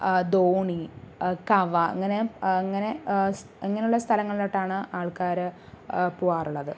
ധോണി കവ അങ്ങനെ അങ്ങനെ സ് അങ്ങനെയുള്ള സ്ഥലങ്ങളിലോട്ടാണ് ആൾക്കാർ പോകാറുള്ളത്